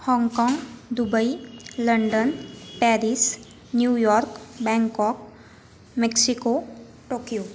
हाँगकाँग Dubai London Paris New York Bangkok Mexico Tokyo